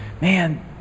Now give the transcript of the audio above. man